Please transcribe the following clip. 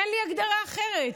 אין לי הגדרה אחרת.